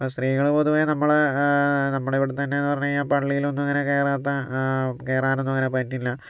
ഇപ്പോൾ സ്ത്രീകൾ പൊതുവെ നമ്മളെ നമ്മളെ ഇവിടുന്നെന്നു പറഞ്ഞു കഴിഞ്ഞാൽ പള്ളിയിലൊന്നും അങ്ങനെ കേറാത്ത കേറാനൊന്നും അങ്ങനെ പറ്റില്ല